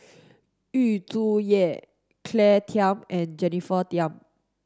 Yu Zhuye Claire Tham and Jennifer Tham